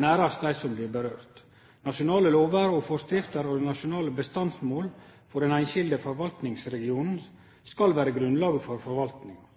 nærast dei som det gjeld. Nasjonale lover og forskrifter og nasjonale bestandsmål for den einskilde forvaltningsregionen skal vere grunnlaget for